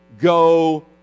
go